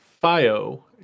Fio